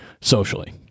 socially